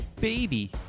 baby